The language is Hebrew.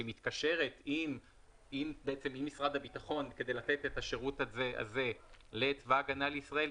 שמתקשרת עם משרד הביטחון כדי לתת את השירות הזה לצבא הגנה לישראל,